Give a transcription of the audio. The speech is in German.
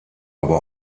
aber